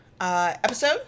episode